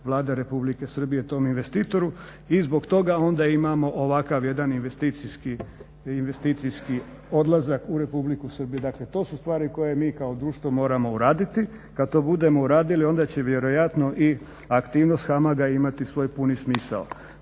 Vlada Republike Srbije tom investitoru. I zbog toga onda imamo ovakav jedan investicijski odlazak u Republiku Srbiju. Dakle, to su stvari koje mi kao društvo moramo uraditi. Kad to budemo uradili onda će vjerojatno i aktivnost HAMAG-a imati svoj puni smisao.